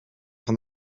van